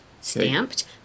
Stamped